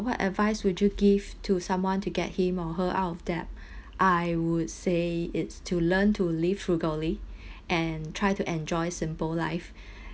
what advice would you give to someone to get him or her out of debt I would say it's to learn to live frugally and try to enjoy simple life